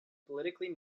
politically